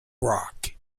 rock